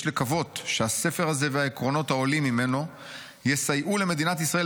"יש לקוות שהספר הזה והעקרונות העולים ממנו יסייעו למדינת ישראל